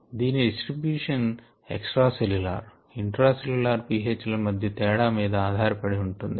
దీని distribution extra cellular intra cellular pH ల మధ్య తేడా మీద ఆధారపడి ఉంటుంది